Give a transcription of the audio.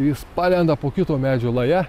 jis palenda po kito medžio laja